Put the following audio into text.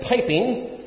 piping